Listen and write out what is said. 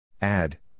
Add